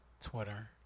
Twitter